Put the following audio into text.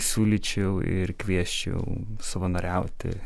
siūlyčiau ir kviesčiau savanoriauti